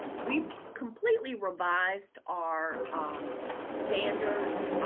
we've completely revised our um standards,